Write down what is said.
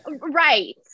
Right